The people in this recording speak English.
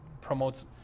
promotes